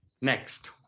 Next